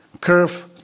curve